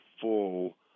full